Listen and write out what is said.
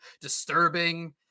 disturbing